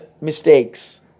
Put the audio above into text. mistakes